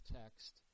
text